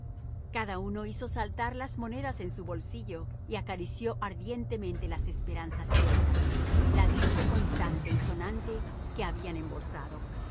cada uno hizo saltar las monedas en su bolsillo y acarició ardientemente las esperanzas ciertas la dicha contante y sonante que habían embolsado